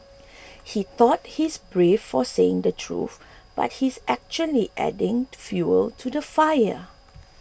he thought he's brave for saying the truth but he's actually just adding fuel to the fire